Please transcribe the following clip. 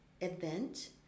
event